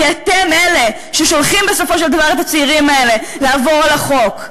כי אתם אלה ששולחים בסופו של דבר את הצעירים האלה לעבור על החוק.